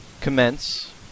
commence